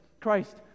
Christ